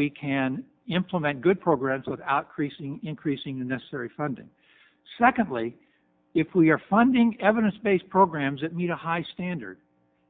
we can implement good programs without creasing increasing the necessary funding secondly if we are funding evidence based programs that need a high standard